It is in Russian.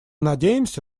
надеемся